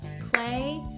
Play